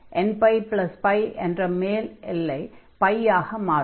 nππ என்ற மேல் எல்லை π ஆக மாறும்